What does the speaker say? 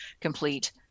complete